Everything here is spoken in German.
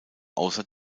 außer